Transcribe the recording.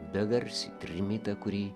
begarsį trimitą kurį